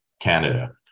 Canada